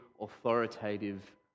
authoritative